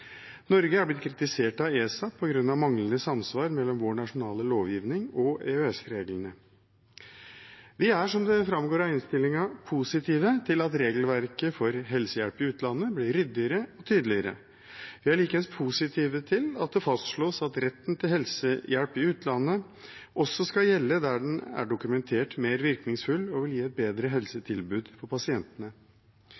Norge er blitt kritisert av ESA på grunn av manglende samsvar mellom vår nasjonale lovgivning og EØS-reglene. Vi er, som det framgår av innstillingen, positive til at regelverket for helsehjelp i utlandet blir ryddigere enn tidligere. Vi er likeens positive til at det fastslås at retten til helsehjelp i utlandet også skal gjelde der den er dokumentert mer virkningsfull og vil gi et bedre